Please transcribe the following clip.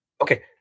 Okay